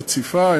רציפה,